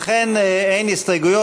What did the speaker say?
לכן אין הסתייגויות.